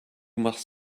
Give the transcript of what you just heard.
machst